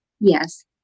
Yes